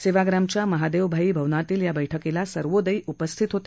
सेवाग्रामच्या महादेवभाई भवनातील या बैठकीला सर्वोदयी उपस्थित होते